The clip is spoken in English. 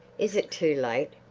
is it too late,